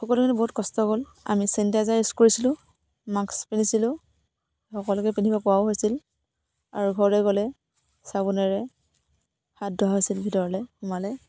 সকলোখিনিৰে বহুত কষ্ট গ'ল আমি চেনিটাইজাৰ ইউজ কৰিছিলোঁ মাস্ক পিন্ধিছিলোঁ সকলোকে পিন্ধিবলৈ কোৱাও হৈছিল আৰু ঘৰলৈ গ'লে চাবোনেৰে হাত ধোৱা হৈছিল ভিতৰলে সোমালে